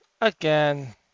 again